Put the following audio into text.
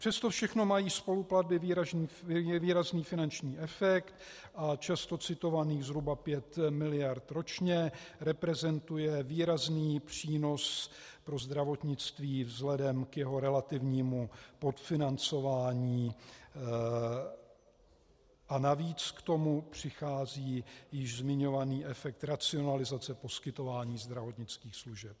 Přes to všechno mají spoluplatby výrazný finanční efekt a často citovaných zhruba pět miliard ročně reprezentuje výrazný přínos pro zdravotnictví vzhledem k jeho relativnímu podfinancování a navíc k tomu přichází již zmiňovaný efekt racionalizace poskytování zdravotnických služeb.